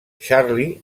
charlie